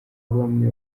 bamwe